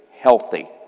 healthy